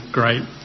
great